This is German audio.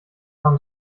kam